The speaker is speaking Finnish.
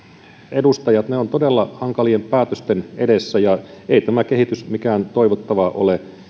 edustajat ovat todella hankalien päätösten edessä ja ei tämä kehitys mikään toivottava ole